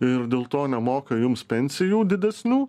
ir dėl to nemoka jums pensijų didesnių